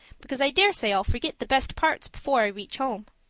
because i daresay i'll forget the best parts before i reach home.